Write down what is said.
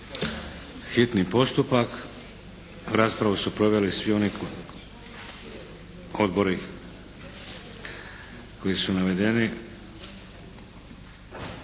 br. 739; Raspravu su proveli svi oni odbori koji su navedeni.